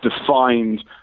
defined